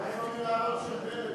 מה עם המנהרות של בנט,